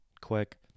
quick